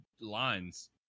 lines